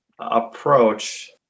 approach